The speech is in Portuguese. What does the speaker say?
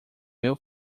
meu